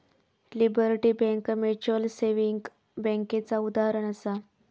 liberty bank mutual saving बैंकेचा उदाहरणं आसा